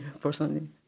personally